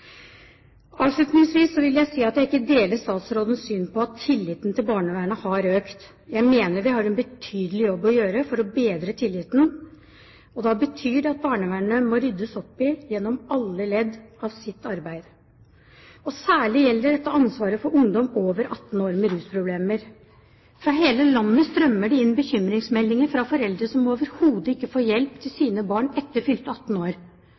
vil jeg si at jeg ikke deler statsrådens syn på at tilliten til barnevernet har økt. Jeg mener vi har en betydelig jobb å gjøre for å bedre tilliten, og da betyr det at det må ryddes opp i barnevernet i alle ledd av arbeidet. Særlig gjelder dette ansvaret for ungdom over 18 år med rusproblemer. Fra hele landet strømmer det inn bekymringsmeldinger fra foreldre som overhodet ikke får hjelp til sine barn etter fylte 18 år.